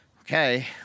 okay